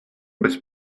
was